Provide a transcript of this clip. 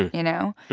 you know.